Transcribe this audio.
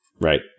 Right